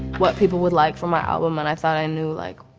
what people would like for my album and i thought i knew like,